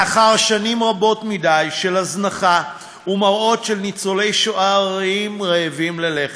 לאחר שנים רבות מדי של הזנחה ומראות של ניצולי שואה עריריים רעבים ללחם,